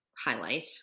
highlight